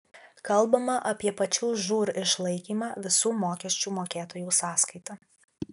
kalbama apie pačių žūr išlaikymą visų mokesčių mokėtojų sąskaita